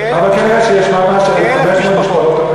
אבל כנראה שיש ממש 1,500 משפחות.